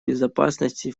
безопасности